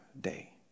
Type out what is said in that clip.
day